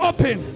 Open